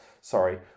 Sorry